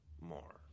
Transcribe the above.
more